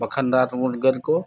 ᱵᱟᱠᱷᱟᱱ ᱨᱟᱱ ᱢᱩᱨᱜᱟᱹᱱ ᱠᱚ